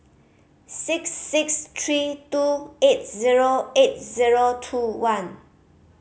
six six three two eight zero eight zero two one